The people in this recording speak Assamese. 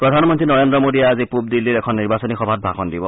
প্ৰধানমন্ত্ৰী নৰেন্দ্ৰ মোডীয়ে আজি পুব দিল্লীৰ এখন নিৰ্বাচনী সভাত ভাষণ দিব